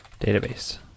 database